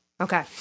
Okay